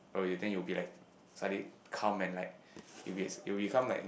oh you think you'll be like suddenly calm and like you'll be you'll become like